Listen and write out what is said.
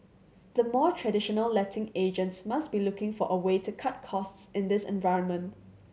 the more traditional letting agents must be looking for a way to cut costs in this environment